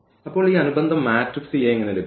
ഇപ്പോൾ ഈ അനുബന്ധ മാട്രിക്സ് A എങ്ങനെ ലഭിക്കും